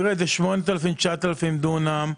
זה 8,000,9,000 דונם,